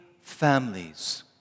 families